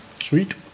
Sweet